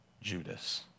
Judas